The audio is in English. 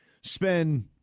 spend